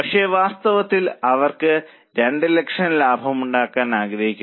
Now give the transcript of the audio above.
പക്ഷേ വാസ്തവത്തിൽ അവർ 2 ലക്ഷം ലാഭം ഉണ്ടാക്കാൻ ആഗ്രഹിക്കുന്നു